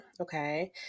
Okay